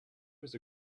was